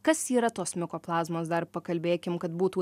kas yra tos mikoplazmos dar pakalbėkim kad būtų